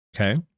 Okay